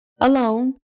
alone